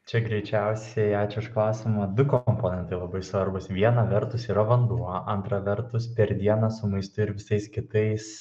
čia greičiausiai ačiū už klausimą du komponentai labai svarbūs viena vertus yra vanduo antra vertus per dieną su maistu ir visais kitais